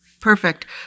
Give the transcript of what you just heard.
Perfect